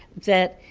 that